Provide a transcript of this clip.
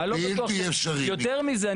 יותר מזה,